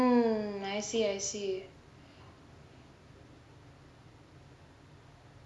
mm I see I see